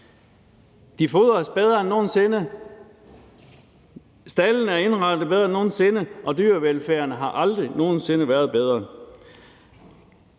De fodres bedre end nogen sinde, staldene er indrettet bedre end nogen sinde, og dyrevelfærden har aldrig nogen sinde været bedre.